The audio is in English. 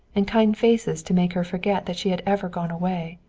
and kind faces to make her forget that she had ever gone away.